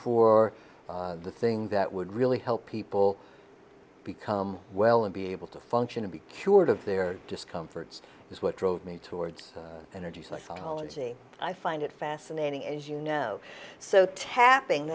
for the thing that would really help people become well and be able to function to be cured of their discomforts is what drove me towards energy psychology i find it fascinating as you know so tapping